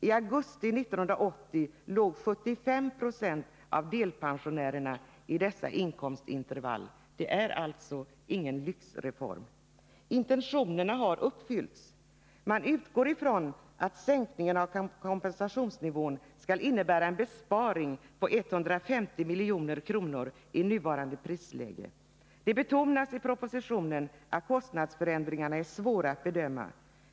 I augusti 1980 låg 75 96 av delpensionärerna i dessa inkomstintervall. Det är alltså ingen lyxreform. Intentionerna har fullföljts. Man utgår från att sänkningen av kompensationsnivån skall innebära en besparing på 150 milj.kr. i nuvarande prisläge. Det betonas i propositionen att kostnadsförändringarna är svåra att bedöma.